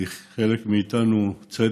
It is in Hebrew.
ובעיני חלק מאיתנו, צֶדק,